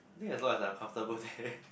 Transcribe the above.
I think as long as I'm uncomfortable there